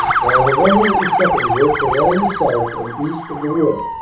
while the one hundred and second. vorked along the south and east of the wood,